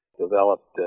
Developed